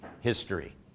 history